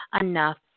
enough